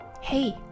Hey